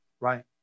Right